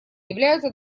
являются